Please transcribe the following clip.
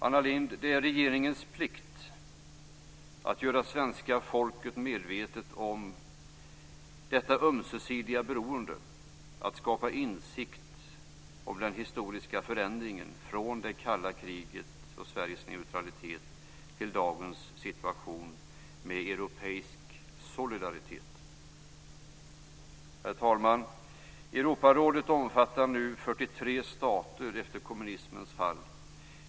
Anna Lindh, det är regeringens plikt att göra svenska folket medvetet om detta ömsesidiga beroende och att skapa insikt om den historiska förändringen från det kalla kriget och Sveriges neutralitet till dagens situation med europeisk solidaritet. Herr talman! Europarådet omfattar nu 43 stater efter kommunismens fall.